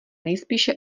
nejspíše